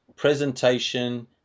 presentation